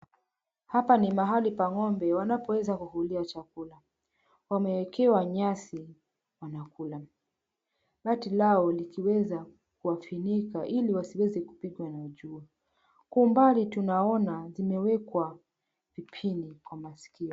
Hapa ni mahali pa ng'ombe wanapoweza kukulia chakula. Wamewekewa nyasi wanakula. Bati lao likiweza kuwafunika ili wasiweze kupigwa na jua. Kwa umbali tunaona zimewekwa vipini kwa masikio.